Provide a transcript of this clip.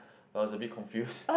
I was a bit confused